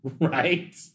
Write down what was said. Right